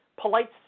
polite